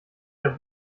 der